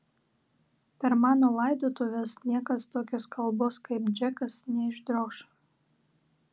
per mano laidotuves niekas tokios kalbos kaip džekas neišdroš